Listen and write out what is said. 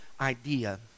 idea